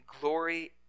glory